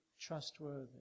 trustworthy